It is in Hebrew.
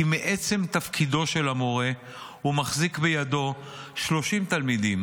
כי מעצם תפקידו של המורה הוא מחזיק בידו 30 תלמידים,